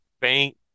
faint